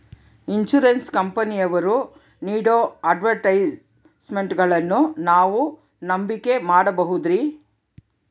Insurance ಕಂಪನಿಯವರು ನೇಡೋ ಅಡ್ವರ್ಟೈಸ್ಮೆಂಟ್ಗಳನ್ನು ನಾವು ನಂಬಿಕೆ ಮಾಡಬಹುದ್ರಿ?